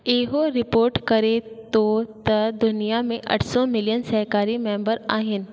इहो रिपोर्ट करे थो त दुनिया में अठि सौ मिलियन सहिकारी मेंम्बर आहिनि